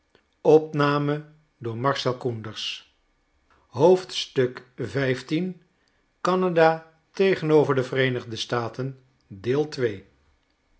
canada tegenover de vereenigde staten